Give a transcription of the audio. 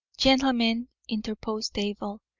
gentlemen, interposed abel,